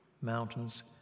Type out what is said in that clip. mountains